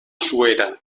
suera